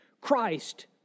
Christ